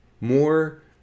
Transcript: more